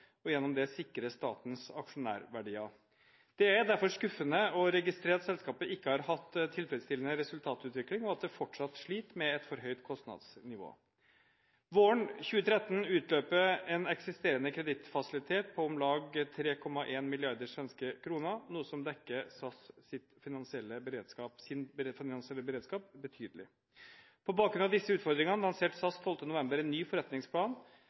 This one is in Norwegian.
og gjennom det sikre statens aksjonærverdier. Det er derfor skuffende å registrere at selskapet ikke har hatt tilfredsstillende resultatutvikling, og at det fortsatt sliter med et for høyt kostnadsnivå. Våren 2013 utløper eksisterende kredittfasilitet på om lag 3,1 mrd. svenske kroner, noe som svekker SAS’ finansielle beredskap betydelig. På bakgrunn av disse utfordringene lanserte SAS 12. november en ny forretningsplan,